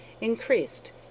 increased